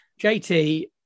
JT